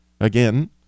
again